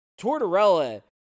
tortorella